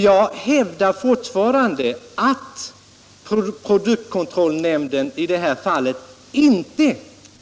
Jag hävdar fortfarande att produktkontrollnämnden i det här fallet inte